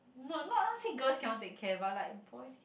no not not say girls cannot take care but like boys